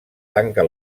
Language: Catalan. tanca